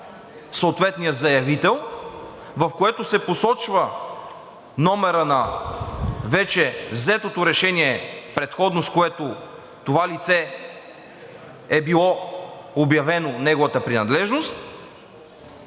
съответния заявител, в което се посочва номерът на вече взетото решение, предходно, с което на това лице е била обявена неговата принадлежност,